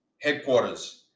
Headquarters